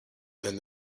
then